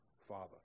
Father